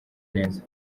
neza